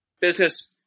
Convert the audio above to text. business